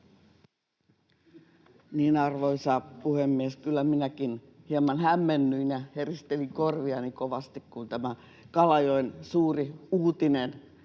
Arvoisa puhemies! Kyllä minäkin hieman hämmennyin ja heristelin korviani kovasti, kun Kalajoen suuri uutinen